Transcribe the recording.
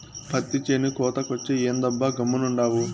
పత్తి చేను కోతకొచ్చే, ఏందబ్బా గమ్మునుండావు